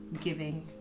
giving